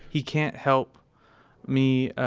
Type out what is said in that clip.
he can't help me,